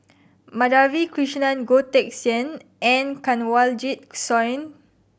Madhavi Krishnan Goh Teck Sian and Kanwaljit Soin